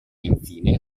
infine